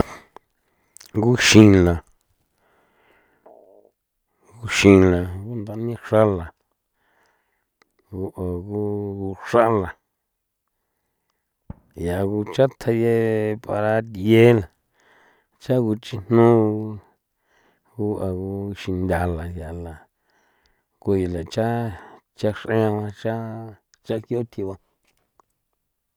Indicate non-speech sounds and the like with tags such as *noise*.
Nguxina *noise* nguxina gundani xrala ngu ngu xrala *noise* ya ngu cha tjayee para thi'e la cha guchijno gu a guxinthala yala ku ya la cha cha xreba cha cha jio thiba.